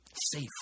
safe